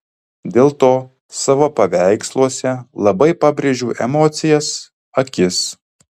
dėl to savo paveiksluose labai pabrėžiu emocijas akis